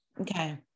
Okay